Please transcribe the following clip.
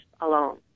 alone